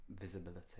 visibility